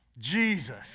Jesus